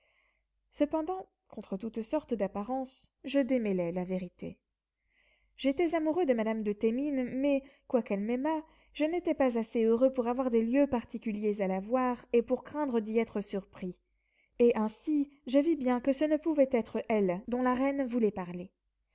cependant contre toutes sortes d'apparences je démêlai la vérité j'étais amoureux de madame de thémines mais quoiqu'elle m'aimât je n'étais pas assez heureux pour avoir des lieux particuliers à la voir et pour craindre d'y être surpris et ainsi je vis bien que ce ne pouvait être elle dont la reine voulait parler